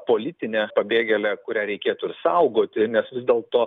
politinę pabėgėlę kurią reikėtų ir saugoti nes vis dėlto